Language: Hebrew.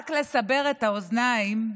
רק לסבר את האוזניים,